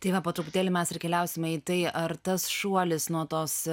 tai va po truputėlį mes ir keliausime į tai ar tas šuolis nuo tos